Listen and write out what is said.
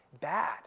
bad